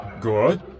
Good